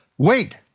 wait!